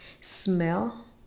smell